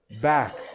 back